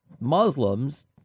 Muslims